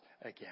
again